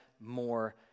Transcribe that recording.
more